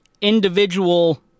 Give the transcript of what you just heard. individual